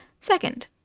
Second